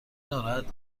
ناراحت